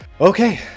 okay